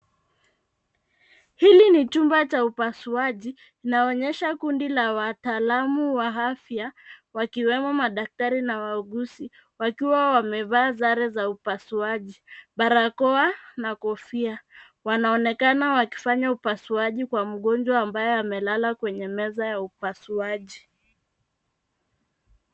Hili ni chumba cha upasuaji, inaonyesha kundi la wataalamu wa afya wakiwemo madaktari na wauguzi wakiwa wamevaa sare za upasuaji, barakoa na kofia. Wanaonekana wakifanya upasuaji kwa mgonjwa ambaye amelala kwenye meza ya upasuaji.